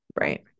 right